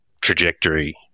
trajectory